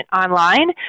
online